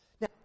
Now